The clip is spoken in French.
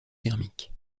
thermique